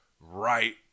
right